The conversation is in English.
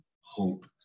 hope